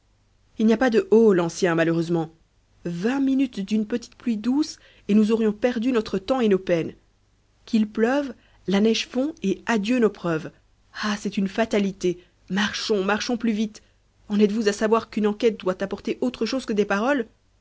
il n'y a pas de oh dit l'ancien malheureusement vingt minutes d'une petite pluie douce et nous aurions perdu notre temps et nos peines qu'il pleuve la neige fond et adieu nos preuves ah c'est une fatalité marchons marchons plus vite en êtes-vous à savoir qu'une enquête doit apporter autre chose que des paroles